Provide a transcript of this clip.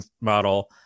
model